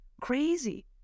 crazy